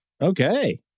Okay